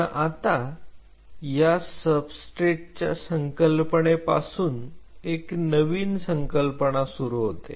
पण आता या सबस्ट्रेटच्या संकल्पनेपासून एक नवी संकल्पना सुरू होते